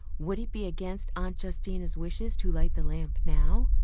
would it be against aunt justina's wishes, to light the lamp now?